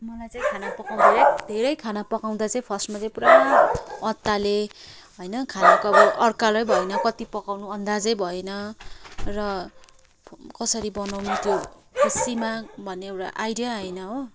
मलाई चाहिँ खाना पकाउँदा धेरै धेरै खाना पकाउँदा चाहिँ फर्स्टमा चाहिँ पुरा अत्तालिएँ होइन खानाको अब अड्कलै भएन कति पकाउनु अन्दाजै भएन र कसरी बनाउनु त्यो सीमा भन्ने एउटा आइडिया आएन हो